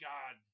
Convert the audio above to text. God